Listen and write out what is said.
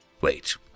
Wait